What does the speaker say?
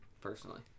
personally